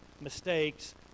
mistakes